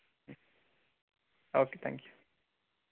okay thank you